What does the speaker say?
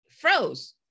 froze